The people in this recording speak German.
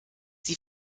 sie